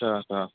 আচ্ছা আচ্ছা